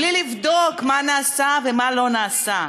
בלי לבדוק מה נעשה ומה לא נעשה.